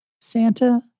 Santa